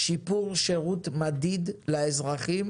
שיפור שירות מדיד לאזרחים